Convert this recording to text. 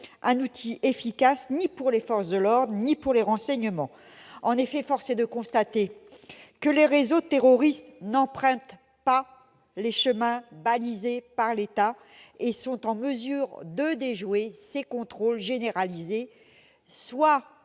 un outil efficace tant pour les forces de l'ordre que pour les renseignements. En effet, force est de constater que les réseaux terroristes n'empruntent pas les chemins balisés par l'État et sont en mesure de déjouer ces contrôles généralisés, soit